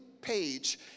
page